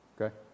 Okay